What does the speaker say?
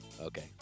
Okay